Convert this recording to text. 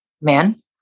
men